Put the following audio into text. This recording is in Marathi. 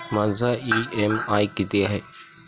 माझा इ.एम.आय किती आहे?